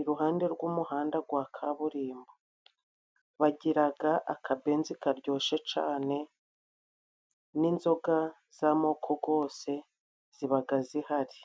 iruhande rw'umuhanda gwa kaburimbo bagiraga akabenzi karyoshye cane n'inzoga z'amoko gose zibaga zihari.